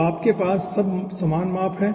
तो आपके पास सब समान माप हैं